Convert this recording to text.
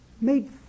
made